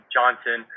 Johnson